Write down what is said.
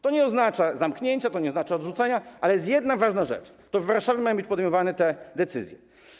To nie oznacza zamknięcia, nie oznacza odrzucenia, ale jest jedna ważna kwestia: to w Warszawie mają być podejmowane te decyzje.